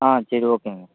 ஆ சரி okay ma'am